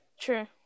True